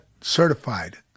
certified